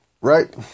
Right